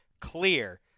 clear